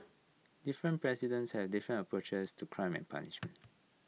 different presidents have different approaches to crime and punishment